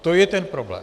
To je ten problém.